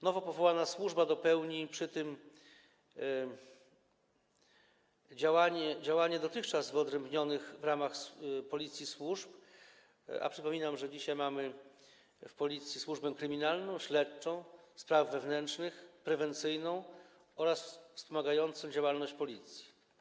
Nowo powołana służba dopełni przy tym działanie dotychczas wyodrębnionych w ramach Policji służb, a przypominam, że dzisiaj mamy w Policji służby: kryminalną, śledczą, spraw wewnętrznych, prewencyjną oraz wspomagającą działalność Policji.